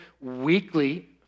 weekly